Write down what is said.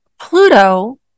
Pluto